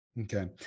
okay